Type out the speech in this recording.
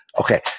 Okay